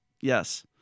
Yes